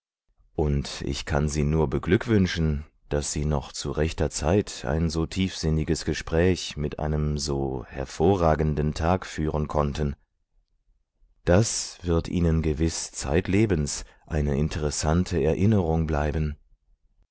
und ich kann sie nur beglückwünschen daß sie noch zu rechter zeit ein so tiefsinniges gespräch mit einem so hervorragenden thag führen konnten das wird ihnen gewiß zeitlebens eine interessante erinnerung bleiben